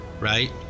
right